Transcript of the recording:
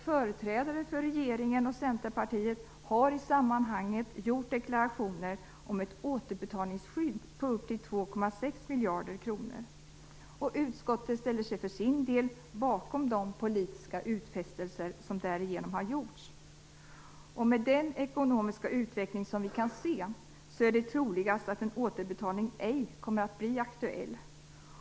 Företrädare för regeringen och Centerpartiet har i sammanhanget gjort deklarationer om ett återbetalningsskydd på upp till 2,6 miljarder kronor. Utskottet ställer sig för sin del bakom de politiska utfästelser som därigenom har gjorts. Med den ekonomiska utveckling som vi kan se är det troligast att en återbetalning ej kommer att bli aktuell.